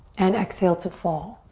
and exhale to fall.